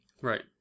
Right